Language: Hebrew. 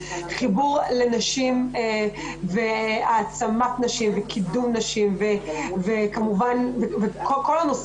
חיבור לנשים והעצמת נשים וקידום נשים וכל הנושא